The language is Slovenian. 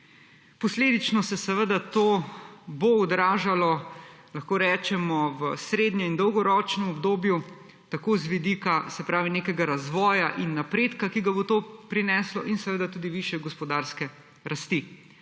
Posledično se seveda to bo odražalo, lahko rečemo, v srednje in dolgoročnem obdobju tako z vidika nekega razvoja in napredka, ki ga bo to prineslo, in seveda tudi višje gospodarske rasti.